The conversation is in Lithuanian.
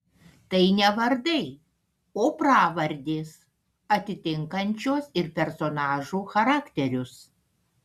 tai ne vardai o pravardės atitinkančios ir personažų charakterius